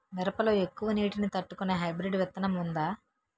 మిరప లో ఎక్కువ నీటి ని తట్టుకునే హైబ్రిడ్ విత్తనం వుందా?